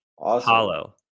Hollow